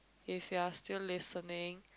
if you're still listening